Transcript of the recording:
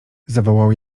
zawołał